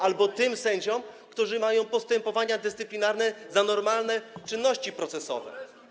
albo tym sędziom, którzy mają postępowania dyscyplinarne za normalne czynności procesowe.